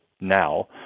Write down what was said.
now